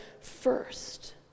first